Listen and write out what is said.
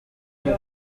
uwo